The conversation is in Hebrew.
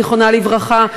זיכרונה לברכה,